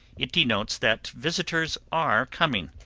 it denotes that visitors are coming.